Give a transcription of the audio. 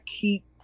keep